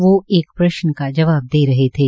वोह एक प्रश्न का जवाब दे रहे थे